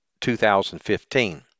2015